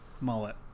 mullet